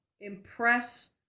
impress